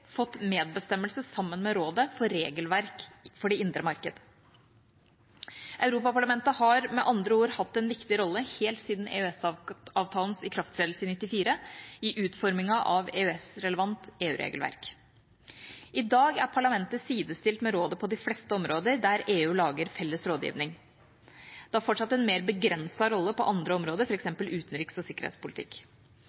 fått medbestemmelse sammen med Rådet for regelverk for det indre marked. Europaparlamentet har med andre ord hatt en viktig rolle, helt siden EØS-avtalens ikrafttredelse i 1994, i utformingen av EØS-relevant EU-regelverk. I dag er Parlamentet sidestilt med Rådet på de fleste områder der EU lager felles lovgivning. Det har fortsatt en mer begrenset rolle på andre områder,